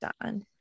done